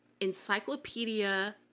encyclopedia